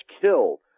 killed